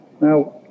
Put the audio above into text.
Now